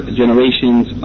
generations